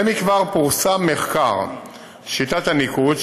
זה מכבר פורסם מחקר שיטת הניקוד,